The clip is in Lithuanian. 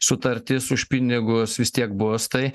sutartis už pinigus vis tiek bus tai